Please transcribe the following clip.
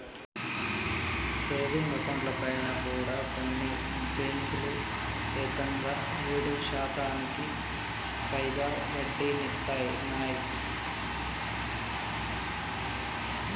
savings అకౌంట్లపైన కూడా కొన్ని బ్యేంకులు ఏకంగా ఏడు శాతానికి పైగా వడ్డీనిత్తన్నయ్